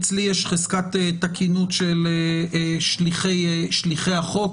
אצלי יש חזקת תקינות של שליחי החוק,